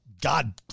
God